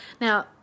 Now